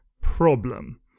Problem